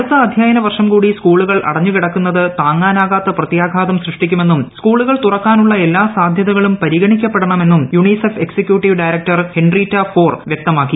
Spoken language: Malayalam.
അടുത്ത അധ്യയന വർഷം കൂടി സ്കൂളുകൾ അടഞ്ഞു കിട ക്കുന്നത് താങ്ങാനാകാത്ത പ്രത്യാഘാതം സൃഷ്ടിക്കുമെന്നും സ്കൂളുകൾ തുറക്കാനുള്ള എല്ലാ സാധ്യതകളും പരിഗണിക്കപ്പെടണം എന്നും UNICEF executive director Henrietta Fore വ്യക്തമാക്കി